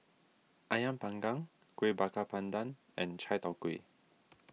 Ayam Panggang Kuih Bakar Pandan and Chai Tow Kuay